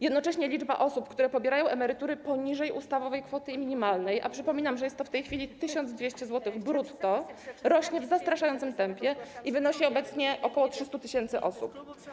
Jednocześnie liczba osób, które pobierają emerytury poniżej ustawowej kwoty minimalnej, a przypominam, że jest to w tej chwili 1200 zł brutto, rośnie w zastraszającym tempie i wynosi obecnie ok. 300 tys. osób.